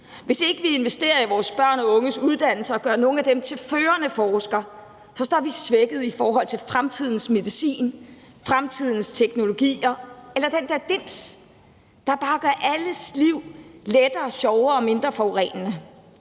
Hvis ikke vi investerer i vores børn og unges uddannelse og gør nogle af dem til førende forskere, står vi svækket i forhold til fremtidens medicin, fremtidens teknologier eller den der dims, der bare gør alles liv lettere og sjovere og mindre forurenende.